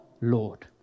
Lord